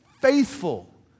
faithful